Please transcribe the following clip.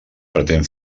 pretén